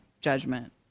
judgment